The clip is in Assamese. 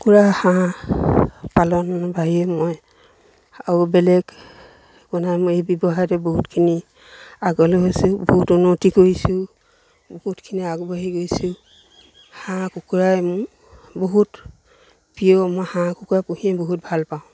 কুকুৰা হাঁহ পালন বাহিৰে মই আৰু বেলেগ একো নাই এই ব্যৱসায়তে বহুতখিনি আগলৈ গৈছোঁ বহুত উন্নতি কৰিছোঁ বহুতখিনি আগবাঢ়ি গৈছোঁ হাঁহ কুকুৰাই মোৰ বহুত প্ৰিয় মই হাঁহ কুকুৰা পুহিয়ে বহুত ভালপাওঁ